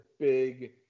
big